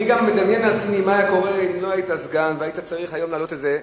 אני גם מדמיין לעצמי אם לא היית סגן והיית צריך היום להעלות את זה,